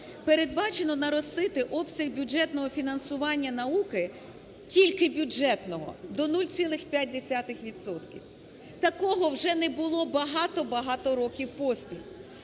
передбачено наростити обсяг бюджетного фінансування науки – тільки бюджетного – до 0,5 відсотків. Такого вже не було багато-багато років поспіль.